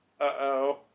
uh-oh